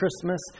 Christmas